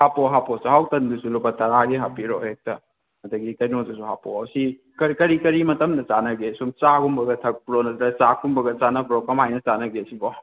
ꯍꯥꯄꯣ ꯍꯥꯄꯣ ꯆꯥꯛꯍꯥꯎ ꯇꯟꯗꯨꯁꯨ ꯂꯨꯄꯥ ꯇꯔꯥꯒꯤ ꯍꯥꯄꯤꯔꯛꯑꯣ ꯍꯦꯛꯇ ꯑꯗꯒꯤ ꯀꯩꯅꯣꯗꯨꯁꯨ ꯍꯥꯄꯛꯑꯣ ꯁꯤ ꯀꯔꯤ ꯀꯔꯤ ꯃꯇꯝꯗ ꯆꯥꯟꯅꯒꯦ ꯁꯨꯝ ꯆꯥꯒꯨꯝꯕꯒ ꯊꯛꯄ꯭ꯔꯣ ꯅꯠꯇ꯭ꯔ ꯆꯥꯛ ꯀꯨꯝꯕꯒ ꯆꯟꯅꯕ꯭ꯔꯣ ꯀꯃꯥꯏꯅ ꯆꯥꯟꯅꯒꯦ ꯁꯤꯕꯣ